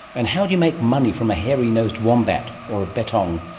and how do you make money from a hairy-nosed wombat, or a bettong?